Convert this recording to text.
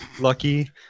lucky